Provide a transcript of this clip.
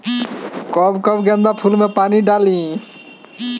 कब कब गेंदा फुल में पानी डाली?